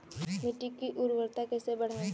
मिट्टी की उर्वरता कैसे बढ़ाएँ?